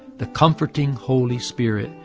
the comforting holy spirit,